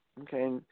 Okay